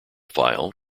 file